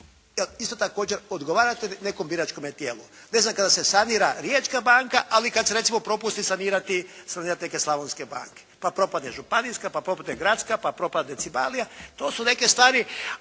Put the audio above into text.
isto također odgovarate nekom biračkom tijelu. Ne znam, kada se sanira Riječka banka ali kad se recimo propusti sanirati neke slavonske banke, pa propadne Županijska, pa propadne Gradska, pa propadne Cibalia, to su neke stvari.